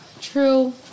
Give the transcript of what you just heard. True